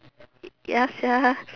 ya sia